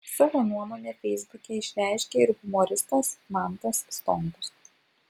savo nuomonę feisbuke išreiškė ir humoristas mantas stonkus